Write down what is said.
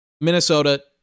Minnesota